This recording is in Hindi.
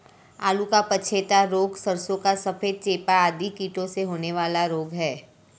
आलू का पछेता रोग, सरसों का सफेद चेपा आदि कीटों से होने वाले रोग हैं